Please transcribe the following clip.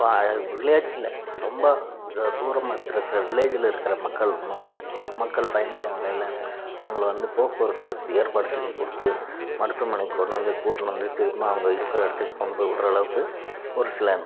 வில்லேஜில் ரொம்ப தூரமாக வில்லேஜில் இருக்கிற மக்கள் மக்கள் பயன்பெறும் வகையில் அவங்களை வந்து போக்குவரத்து வசதி ஏற்பாடு செஞ்சு கொடுத்து மருத்துவமனைக்கு கொண்டாந்து கூட்டினு வந்து திரும்புணும் அவங்க இருக்கிற இடத்துக்கு கொண்டு போய் விடுற அளவுக்கு ஒரு சில